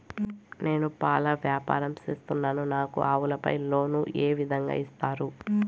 నేను పాల వ్యాపారం సేస్తున్నాను, నాకు ఆవులపై లోను ఏ విధంగా ఇస్తారు